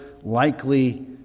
likely